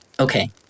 Okay